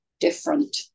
different